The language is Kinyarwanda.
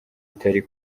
itari